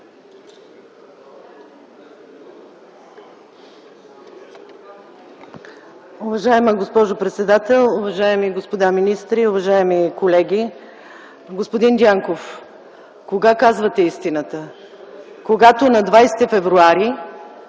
Уважаема госпожо председател, уважаеми господа министри, уважаеми колеги! Господин Дянков, кога казвате истината? – Когато на 20 февруари